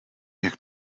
jak